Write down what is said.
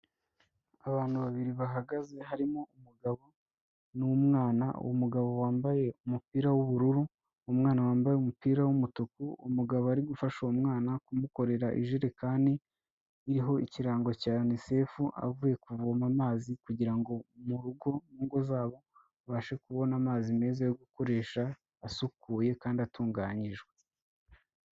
Abantu babiri bahagaze harimo umugabo n'umwana, uwo mugabo wambaye umupira w'ubururu, umwana wambaye umupira w'umutuku, umugabo ari gufasha uwo mwana kumukorera ijerekani iriho ikirango cya UNICEF, avuye kuvoma amazi kugira ngo mu rugo mu ngo zabo babashe kubona amazi meza yo gukoresha asukuye kandi atunganyijwe.